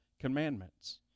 commandments